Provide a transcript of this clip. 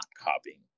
copying